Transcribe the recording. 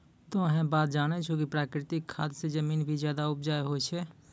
तोह है बात जानै छौ कि प्राकृतिक खाद स जमीन भी ज्यादा उपजाऊ होय छै